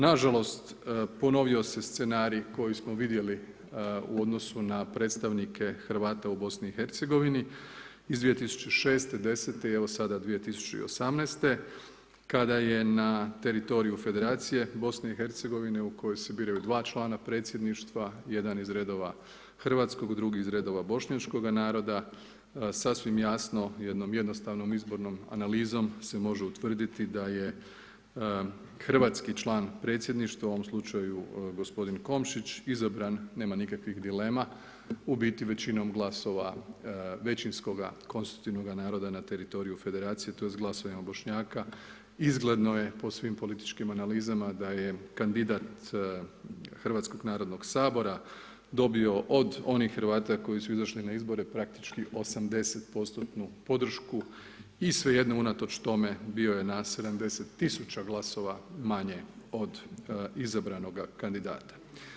Nažalost, ponovio se scenarij koji smo vidjeli u odnosu na predstavnike Hrvata u BiH-a iz 2006., 2010. i evo sada 2018. kada je na teritoriju federacije BiH-a u kojoj se biraju 2 člana predsjedništva, jedan iz redova hrvatskog, drugi iz redova bošnjačkoga naroda, sasvim jasno jednom jednostavnom izbornom analizom se može utvrditi da je hrvatski član predsjedništva u ovom slučaju gospodin Komšić izabran, nema nikakvih dilema, u biti većinom glasova većinskoga konstitutivnoga naroda na teritoriju federacije, tj. glasovima Bošnjaka, izgledno je po svim političkim analizama da je kandidat Hrvatskog Narodnog Sabora dobio od onih Hrvata koji su izašli na izbore praktički 80%-tnu podršku i sve jedno unatoč tome bio je na 70 tisuća glasova manje od izabranoga kandidata.